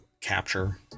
capture